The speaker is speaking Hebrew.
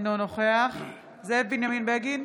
אינו נוכח זאב בנימין בגין,